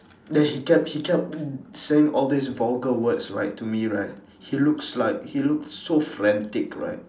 then he kept he kept saying all these vulgar words right to me right he looks like he looked so frantic right